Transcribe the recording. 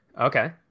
Okay